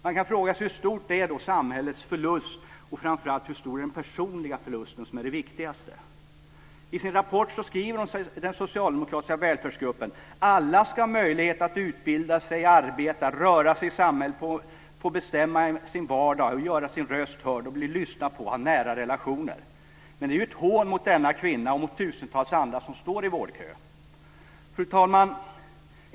Man kan då fråga sig hur stor samhällets förlust är och framför allt hur stor den personliga förlusten är - som är allra viktigast. I sin rapport skriver den socialdemokratiska välfärdsgruppen: "Alla skall ha en möjlighet att utbilda sig, arbeta, röra sig i samhället, få bestämma sin vardag, att göra sin röst hörd och bli lyssnad på, ha nära relationer." Det är ett hån mot denna kvinna och tusentals andra som står i denna vårdkö. Fru talman!